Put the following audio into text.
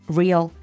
real